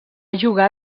jugar